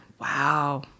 Wow